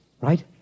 Right